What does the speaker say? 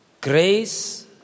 Grace